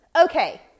Okay